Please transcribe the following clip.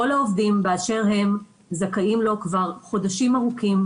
כל העובדים באשר הם זכאים לו כבר חודשים ארוכים,